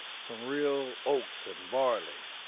some real oats and barley.